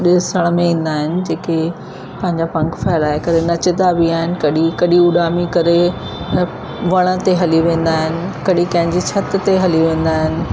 ॾिसण में ईंदा आहिनि जेके पंहिंजा पंख फ़ैलाए करे नचंदा बि आहिनि कॾहिं कॾहिं उॾामी करे वण ते हली वेंदा आहिनि कॾहिं कंहिं जी छिति ते हली वेंदा आहिनि